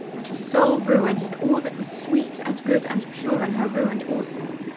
and her soul ruined, and all that was sweet, and good, and pure in her ruined also.